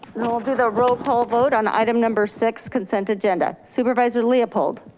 we will do the roll call vote on item number six, consent agenda. supervisor leopold?